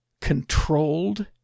Controlled